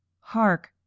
hark